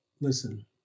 listen